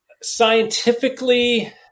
scientifically